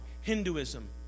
Hinduism